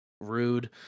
rude